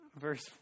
verse